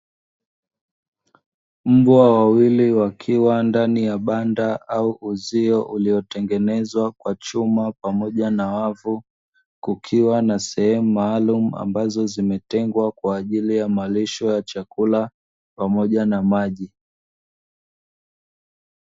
Mbwa wawili wakiwa ndani ya banda au uzio uliyotengenezwa kwa chuma pamoja na wavu kukiwa na sehemu maalumu, ambazo zimetengwa kwa ajili ya malisho ya chakula pamoja na maji.